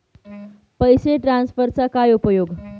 पैसे ट्रान्सफरचा काय उपयोग?